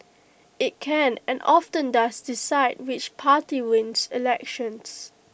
IT can and often does decide which party wins elections